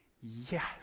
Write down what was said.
Yes